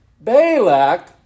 Balak